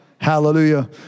hallelujah